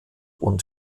und